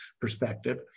perspective